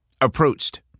approached